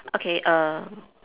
okay err